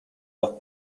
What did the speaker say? dos